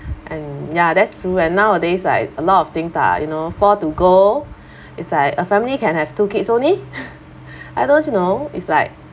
and ya that's true and nowadays like a lot of things are you know four to go it's like a family can have two kids only I don't know it's like